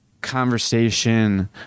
conversation